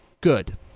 good